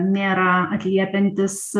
nėra atliepiantis